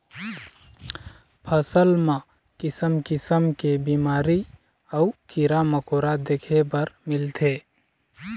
फसल म किसम किसम के बिमारी अउ कीरा मकोरा देखे बर मिलथे